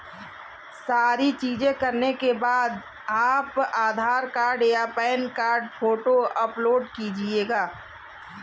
सारी चीजें करने के बाद आप आधार कार्ड या पैन कार्ड फोटो अपलोड कीजिएगा